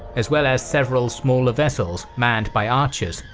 as well as several smaller vessels manned by archers,